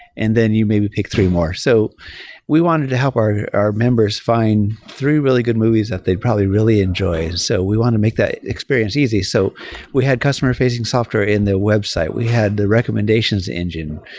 and then you may be pick three more. so we wanted to help our our members find through really good movies that they'd probably really enjoy. so we want to make that experience easy. so we had customer-facing software in the website. we had the recommendations engine.